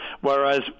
whereas